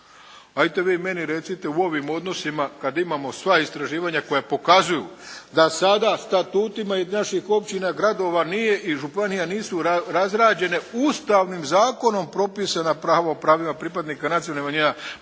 Ajte vi meni recite u ovim odnosima kada imamo sva istraživanja koja pokazuju da sada statutima naših općina i gradova i županija nisu razrađene ustavnim zakonom propisana pravila o pravima pripadnika nacionalnih manjina,